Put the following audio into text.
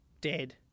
dead